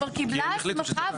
היא כבר קיבלה הסמכה,